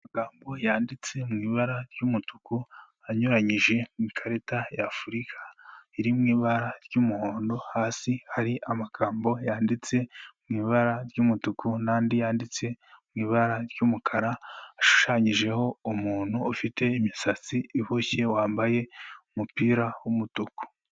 Amagambo yanditse mu ibara ry'umutuku anyuranyije mu ikarita y'Afurika iri mu ibara ry'umuhondo, hasi hari amagambo yanditse mu ibara ry'umutuku n'andi yanditse mu ibara ry'umukara ashushanyijeho umuntu ufite imisatsi iboshye, wambaye umupira w'umutuku.